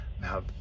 Now